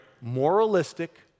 Moralistic